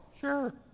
sure